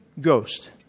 Ghost